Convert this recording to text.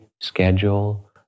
schedule